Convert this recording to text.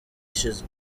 ishize